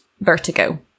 vertigo